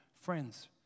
Friends